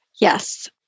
Yes